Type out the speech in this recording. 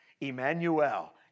Emmanuel